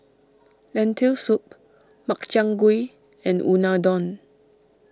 Lentil Soup Makchang Gui and Unadon